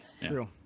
True